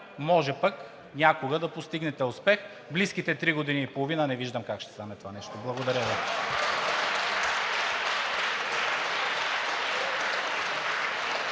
може пък някога да постигнете успех. В близките три години и половина не виждам как ще стане това нещо! Благодаря Ви.